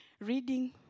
reading